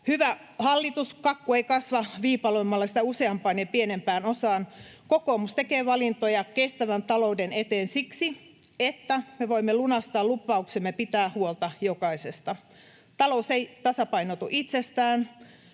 Hyvä hallitus, kakku ei kasva viipaloimalla sitä useampaan ja pienempään osaan. Kokoomus tekee valintoja kestävän talouden eteen siksi, että me voimme lunastaa lupauksemme pitää huolta jokaisesta. Talous ei tasapainotu itsestään.